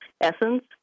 essence